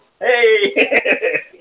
hey